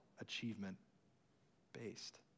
achievement-based